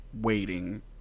waiting